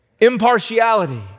Impartiality